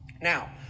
Now